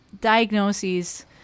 diagnoses